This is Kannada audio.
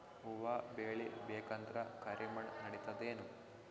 ಹುವ ಬೇಳಿ ಬೇಕಂದ್ರ ಕರಿಮಣ್ ನಡಿತದೇನು?